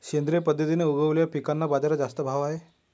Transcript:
सेंद्रिय पद्धतीने उगवलेल्या पिकांना बाजारात जास्त भाव आहे